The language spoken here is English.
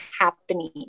happening